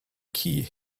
key